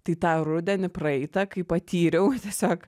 tai tą rudenį praeita kai patyriau tiesiog